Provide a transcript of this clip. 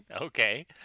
Okay